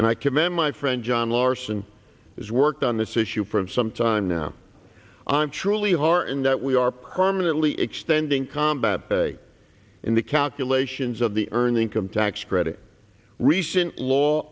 and i commend my friend john larson is worked on this issue from some time now i'm truly heart and that we are permanently extending combat pay in the calculations of the earned income tax credit recent law